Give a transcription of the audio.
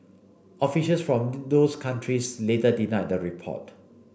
officials from those countries later denied the report